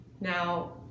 Now